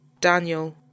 Daniel